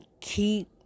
keep